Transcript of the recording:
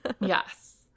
Yes